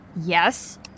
Yes